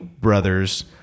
brothers